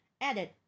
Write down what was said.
added